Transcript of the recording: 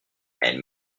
elle